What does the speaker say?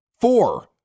four